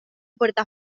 puerta